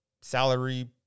salary